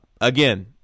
Again